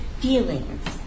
feelings